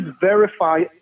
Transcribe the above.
verify